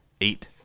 eight